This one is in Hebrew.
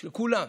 של כולם.